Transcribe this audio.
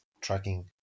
tracking